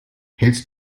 hältst